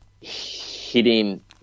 hitting